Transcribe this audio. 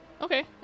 okay